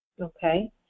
okay